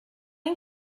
ein